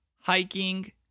hiking